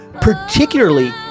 particularly